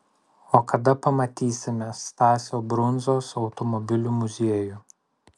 o kada pamatysime stasio brundzos automobilių muziejų